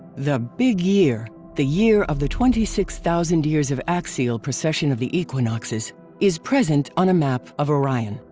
the big year, the year of the twenty six thousand years of axial procession of the equinoxes is present on a map of orion,